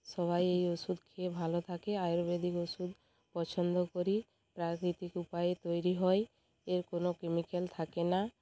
সবাই এই ওষুধ খেয়ে ভালো থাকে আয়ুর্বেদিক ওষুধ পছন্দ করি প্রাকৃতিক উপায়ে তৈরি হয় এর কোনো কেমিক্যাল থাকে না